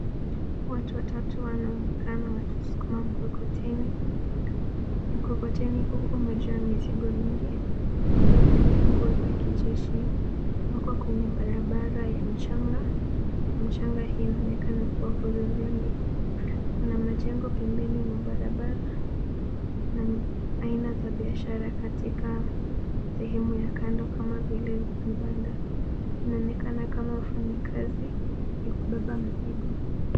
Watu watatu wanaonekana wakisukuma mkokoteni. Mkokoteni huu umejaa mizigo mingi. Wamevalia nguo za kijeshi. Wako kwenye barabara ya mchanga na mchanga hii inaonekana kuwa hudhurungi. Kuna majengo pembeni mwa barabara na aina za biashara katika sehemu ya kando kama vile vibanda. Inaonekana kama wafanyakazi ya kubeba mizigo.